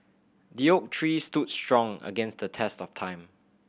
the oak tree stood strong against the test of time